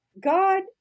God